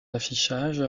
affichage